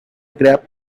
grape